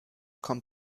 kommt